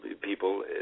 people